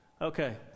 Okay